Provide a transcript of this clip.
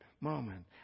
moment